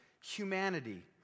humanity